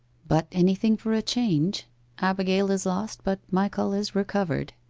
but anything for a change abigail is lost, but michal is recovered.